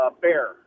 bear